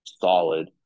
solid